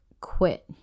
quit